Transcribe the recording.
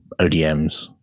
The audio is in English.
odms